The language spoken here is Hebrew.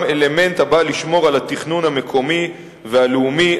גם אלמנט הבא לשמור על התכנון המקומי והלאומי,